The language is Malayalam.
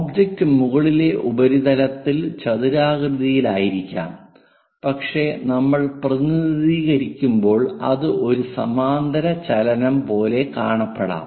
ഒബ്ജക്റ്റ് മുകളിലെ ഉപരിതലത്തിൽ ചതുരാകൃതിയിലായിരിക്കാം പക്ഷേ നമ്മൾ പ്രതിനിധീകരിക്കുമ്പോൾ അത് ഒരു സമാന്തരചലനം പോലെ കാണപ്പെടാം